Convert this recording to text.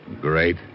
Great